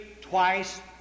twice